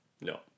No